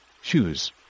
shoes